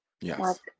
Yes